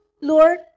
Lord